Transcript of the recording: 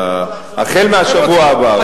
החל מהשבוע הבא.